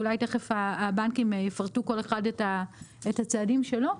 ואולי תכף הבנקים יפרטו כל אחד את הצעדים שלו,